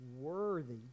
worthy